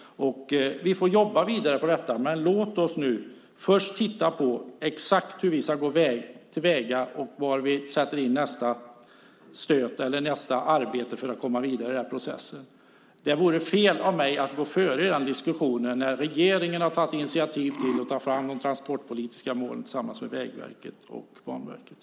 Vi får jobba vidare på detta, men låt oss nu först titta på exakt hur vi ska gå till väga och var vi sätter in nästa stöt eller nästa arbete för att komma vidare i processen! Det vore fel av mig att gå före i den diskussionen när regeringen har tagit initiativ till att ta fram de transportpolitiska målen tillsammans med Vägverket och Banverket.